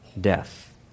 death